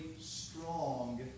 strong